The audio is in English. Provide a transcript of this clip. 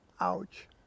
ouch